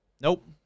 Nope